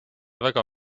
väga